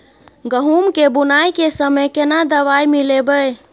गहूम के बुनाई के समय केना दवाई मिलैबे?